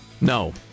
No